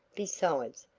besides,